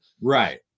Right